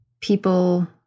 People